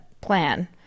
plan